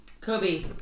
Kobe